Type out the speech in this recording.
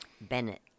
Bennett